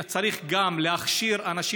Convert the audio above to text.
צריך גם להכשיר אנשים,